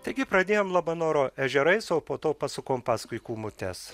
taigi pradėjom labanoro ežerais o po to pasukom paskui kūmutes